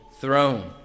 throne